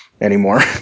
anymore